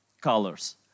colors